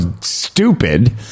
stupid